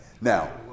Now